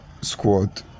squad